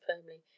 firmly